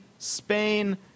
Spain